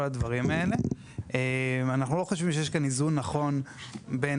אנחנו לא חושבים שיש כאן איזון נכון בין